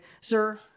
sir